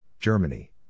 Germany